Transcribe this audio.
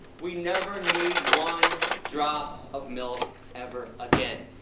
we never need one drop of milk ever again.